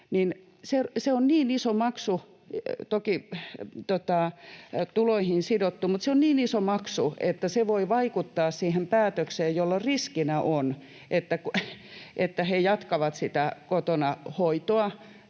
se on niin iso maksu — että se voi vaikuttaa päätökseen, jolloin riskinä on, että he jatkavat sitä hoitoa